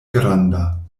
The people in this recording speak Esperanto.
granda